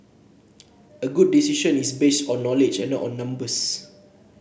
a good decision is based on knowledge and not on numbers